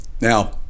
now